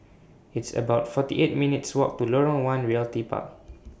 It's about forty eight minutes' Walk to Lorong one Realty Park